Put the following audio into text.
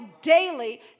daily